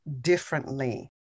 differently